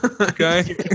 Okay